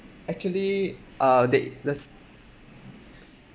actually uh they there's